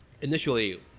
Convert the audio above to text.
Initially